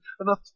enough